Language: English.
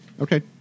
Okay